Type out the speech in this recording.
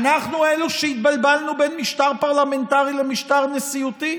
אנחנו אלו שהתבלבלנו בין משטר פרלמנטרי למשטר נשיאותי?